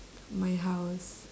my house